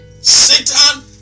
Satan